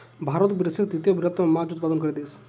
ভারত বিশ্বের তৃতীয় বৃহত্তম মাছ উৎপাদনকারী দেশ